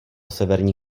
severní